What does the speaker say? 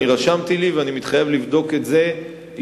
אני רשמתי לי ואני מתחייב לבדוק את זה אישית,